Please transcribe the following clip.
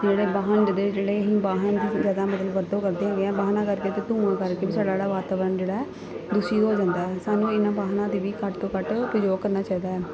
ਜਿਹੜੇ ਵਾਹਨ ਦੇ ਜਿਹੜੇ ਅਹੀਂ ਵਾਹਨ ਦੀ ਜ਼ਿਆਦਾ ਮਤਲਬ ਵਰਤੋਂ ਕਰਦੇ ਹੈਗੇ ਹਾਂ ਵਾਹਨਾਂ ਕਰਕੇ ਅਤੇ ਧੂਆਂ ਕਰਕੇ ਵੀ ਸਾਡਾ ਜਿਹੜਾ ਵਾਤਾਵਰਣ ਜਿਹੜਾ ਦੂਸ਼ਿਤ ਹੋ ਜਾਂਦਾ ਸਾਨੂੰ ਇਹਨਾਂ ਵਾਹਨਾਂ ਦੀ ਵੀ ਘੱਟ ਤੋਂ ਘੱਟ ਉਪਯੋਗ ਕਰਨਾ ਚਾਹੀਦਾ